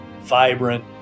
vibrant